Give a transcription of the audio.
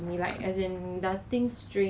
because quite cheap lah I mean one dollar